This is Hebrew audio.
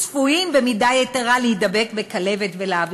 צפויים במידה יתרה להידבק בכלבת ולהעבירה.